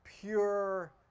pure